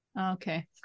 Okay